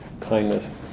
kindness